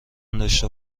داشته